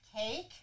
cake